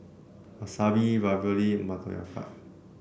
Wasabi Ravioli Motoyaki